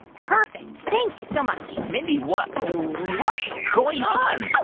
perfect. thank you so much mindy, what's what's going on? oh,